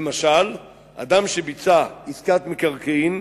אדם שביצע עסקת מקרקעין,